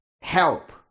help